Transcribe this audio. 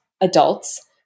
adults